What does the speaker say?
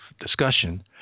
discussion